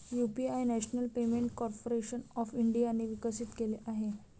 UPI national payment corporation of इंडियाने विकसित केले आहे